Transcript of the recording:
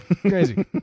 crazy